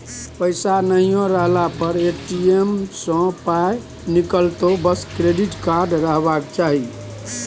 पैसा नहियो रहला पर ए.टी.एम सँ पाय निकलतौ बस क्रेडिट कार्ड रहबाक चाही